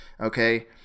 Okay